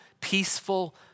peaceful